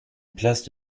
place